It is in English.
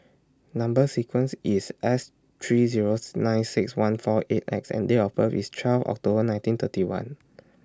Number sequence IS S three Zero nine six one four eight X and Date of birth IS twelve October nineteen thirty one